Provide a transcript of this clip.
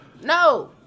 No